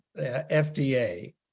FDA